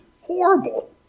horrible